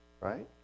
Right